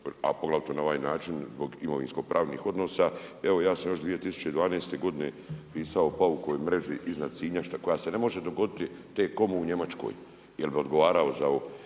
a poglavito na ovaj način, zbog imovinskih pravnih odnosa. Evo ja se još 2012. godine, pisao paukovoj mreži iznad Sinja koja se ne može dogoditi T-Comu u Njemačkoj, jer bi odgovarao za ovo.